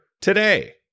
today